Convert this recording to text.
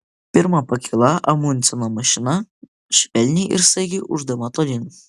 pirma pakyla amundseno mašina švelniai ir staigiai ūždama tolyn